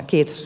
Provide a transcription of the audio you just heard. kiitos